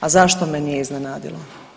A zašto me nije iznenadilo?